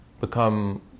become